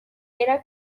era